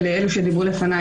ולאלה שדיברו לפניי.